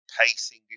pacing